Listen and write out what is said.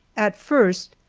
at first,